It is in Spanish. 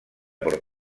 por